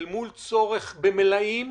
אל מול צורך במלאים,